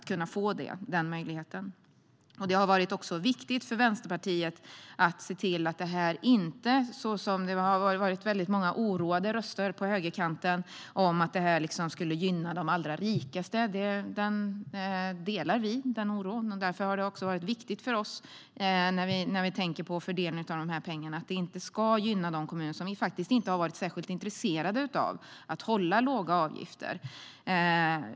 Många oroade röster på högerkanten har gett uttryck för att det här skulle gynna de allra rikaste. Den oron delar vi. Därför har det varit viktigt för Vänsterpartiet att fördelningen av pengarna inte ska gynna de kommuner som inte har varit särskilt intresserade av att hålla låga avgifter.